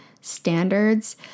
standards